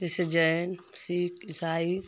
जैसे जैन सिख इसाई